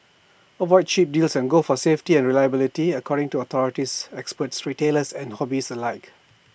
avoid cheap deals and go for safety and reliability according to authorities experts retailers and hobbyists alike